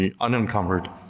unencumbered